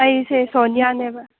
ꯑꯩꯁꯦ ꯁꯣꯅꯤꯌꯥꯅꯦꯕ